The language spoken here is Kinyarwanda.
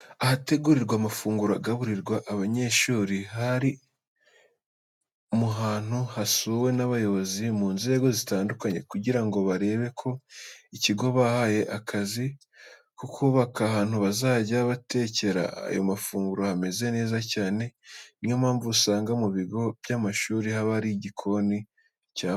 Ahategurirwa amafunguro agaburirwa abanyeshuri hari mu hantu hasuwe n'abayobozi bo mu nzego zitandukanye kugira ngo barebe ko ikigo bahaye akazi ko kubaka ahantu bazajya batekera aya mafunguro hameze neza cyane. Ni yo mpamvu usanga mu bigo by'amashuri haba hari igikoni cyabugenewe.